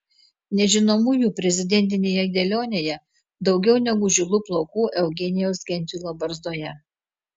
nežinomųjų prezidentinėje dėlionėje daugiau negu žilų plaukų eugenijaus gentvilo barzdoje